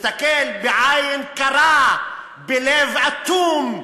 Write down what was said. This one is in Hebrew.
מסתכל בעין קרה, בלב אטום,